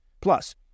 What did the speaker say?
Plus